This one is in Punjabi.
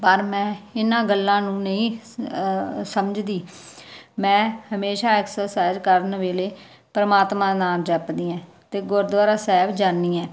ਪਰ ਮੈਂ ਇਹਨਾਂ ਗੱਲਾਂ ਨੂੰ ਨਹੀਂ ਸਮਝਦੀ ਮੈਂ ਹਮੇਸ਼ਾ ਐਕਸਰਸਾਈਜ਼ ਕਰਨ ਵੇਲੇ ਪਰਮਾਤਮਾ ਦਾ ਨਾਮ ਜਪਦੀ ਹੈ ਅਤੇ ਗੁਰਦੁਆਰਾ ਸਾਹਿਬ ਜਾਨੀ ਹੈ